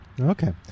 Okay